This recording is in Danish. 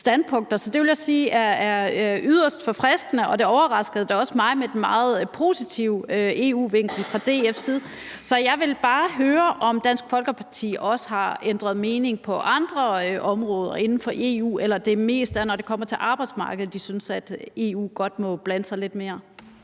så det vil jeg sige er yderst forfriskende, og det overraskede da også mig med den meget positive EU-vinkel fra DF's side. Så jeg vil bare høre, om Dansk Folkeparti også har ændret mening på andre områder inden for EU eller det mest er, når det kommer til arbejdsmarkedet, at de synes, at EU godt må blande sig lidt mere.